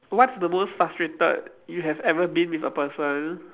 what's the most frustrated you have ever been with a person